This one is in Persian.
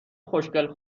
خوشگل